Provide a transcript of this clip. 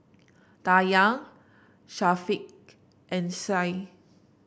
Dayang Syafiqah and Syed